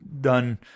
done